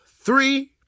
three